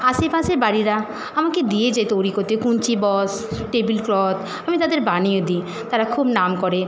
আশে পাশে বাড়িরা আমাকে দিয়ে যায় তৈরি করতে কুঞ্চিবস টেবিল ক্লথ আমি তাদের বানিয়ে দিই তারা খুব নাম করে